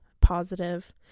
positive